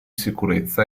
sicurezza